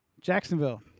Jacksonville